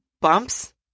bumps